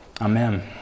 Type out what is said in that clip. Amen